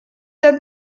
han